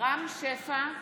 רם שפע,